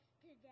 today